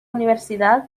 universidad